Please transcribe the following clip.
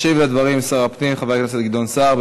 ישיב על הדברים שר הפנים חבר הכנסת גדעון סער.